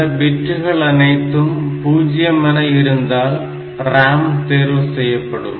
இந்தப் பிட்டுகளனைத்தும் பூஜ்ஜியமெனயிருந்தால் RAM தேர்வு செய்யப்படும்